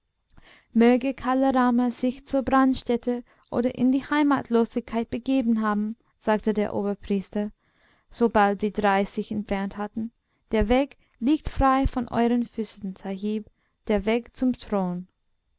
möge kala rama sich zur brandstätte oder in die heimatlosigkeit begeben haben sagte der oberpriester sobald die drei sich entfernt hatten der weg liegt frei vor euren füßen sahib der weg zum thron